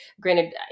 Granted